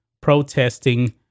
protesting